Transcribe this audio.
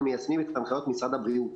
מיישמים את ההנחיות של משרד הבריאות.